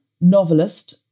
novelist